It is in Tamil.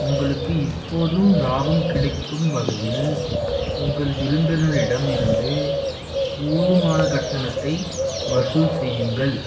உங்களுக்கு இப்போதும் லாபம் கிடைக்கும் வகையில் உங்கள் விருந்தினரிடம் இருந்து போதுமான கட்டணத்தை வசூல் செய்யுங்கள்